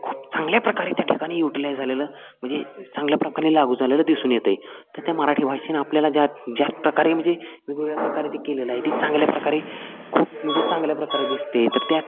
खूप चांगल्या प्रकारे त्या ठिकाणी युटिलाईज झालेलं म्हणजे चांगल्या प्रकारे लागू झालेलं दिसून येतं आहे तर त्या मराठी भाषेने आपल्याला ज्या ज्या प्रकारे म्हणजे वेगवेगळ्या प्रकारे ते केलेलं आहे ते चांगल्या प्रकारे खूप म्हणजे चांगल्या प्रकारे दिसते तर त्या